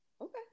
Okay